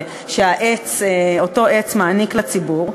שאותו עץ מעניק לציבור,